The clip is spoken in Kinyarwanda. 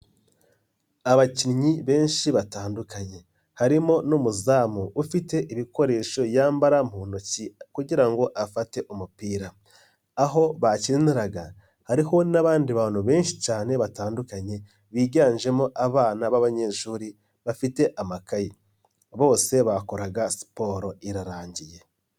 Abakinnyi benshi batandukanye harimo n'umuzamu ufite ibikoresho yambara mu ntoki kugira ngo afate umupira, aho bakiniraga hariho n'abandi bantu benshi cyane batandukanye biganjemo abana b'abanyeshuri bafite amakayi bose bakoraga siporo irarangiye.